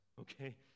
okay